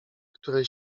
której